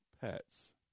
pets